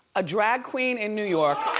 a drag queen in new york.